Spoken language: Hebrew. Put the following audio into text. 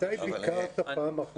--- מתי ביקרת בפעם האחרונה בספרייה?